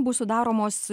bus sudaromos